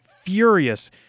furious